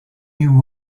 new